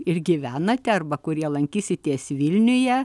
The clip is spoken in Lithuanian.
ir gyvenate arba kurie lankysitės vilniuje